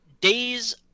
days